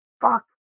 Fuck